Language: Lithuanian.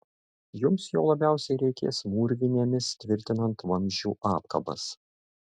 jums jo labiausiai reikės mūrvinėmis tvirtinant vamzdžių apkabas